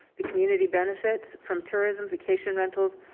the community benefits from tourism vacation rentals.